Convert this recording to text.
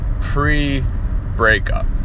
pre-breakup